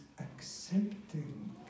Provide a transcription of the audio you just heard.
accepting